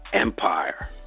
Empire